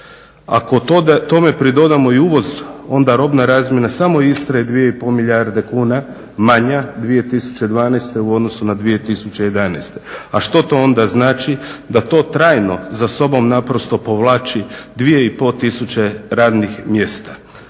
Ako tome pridodamo i uvoz onda robna razmjena samo Istre je 2,5 milijarde kuna manja 2012. u odnosu na 2011. A što to onda znači? Da to trajno za sobom naprosto povlači 2,5 tisuće radnih mjesta.